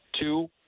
two